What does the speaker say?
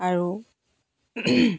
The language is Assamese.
আৰু